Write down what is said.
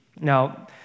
Now